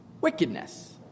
wickedness